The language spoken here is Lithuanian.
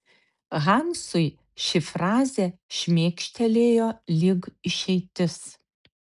hansui ši frazė šmėkštelėjo lyg išeitis